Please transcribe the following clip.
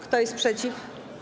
Kto jest przeciw?